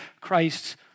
Christ's